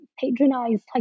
patronized